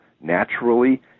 naturally